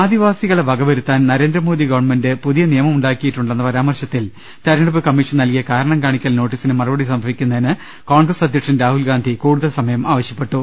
ആദിവാസികളെ വകവരുത്താൻ നരേന്ദ്രമോദി ഗവൺമെന്റ് പുതിയ നിയമം ഉണ്ടാക്കിയിട്ടുണ്ടെന്ന പരാമർശത്തിൽ തെരഞ്ഞെടുപ്പ് കമ്മീഷൻ നൽകിയ കാരണം കാണിക്കൽ നോട്ടീസിന് മറുപടി സമർപ്പിക്കുന്നതിന് കോൺഗ്രസ് അധ്യ ക്ഷൻ രാഹുൽ ഗാന്ധി കൂടുതൽ സമയം ആവശ്യപ്പെട്ടു